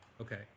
Okay